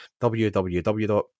www